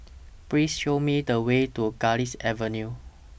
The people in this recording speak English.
Please Show Me The Way to Garlick Avenue